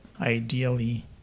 Ideally